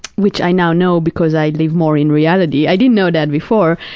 which i now know because i live more in reality, i didn't know that before,